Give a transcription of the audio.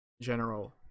general